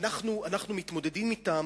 אנחנו מתמודדים אתן